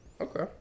Okay